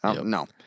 No